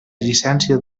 llicència